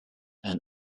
and